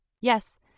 Yes